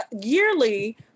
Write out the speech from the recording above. yearly